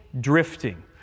drifting